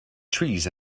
trees